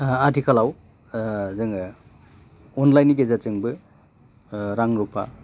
आथिखालाव जोङो अनलाइननि गेजेरजोंबो रां रुफा